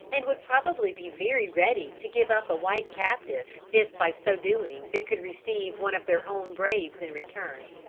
and would probably be very ready to give up a white captive if by so doing they could receive one of their own braves in return.